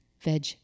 Veg